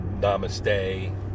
namaste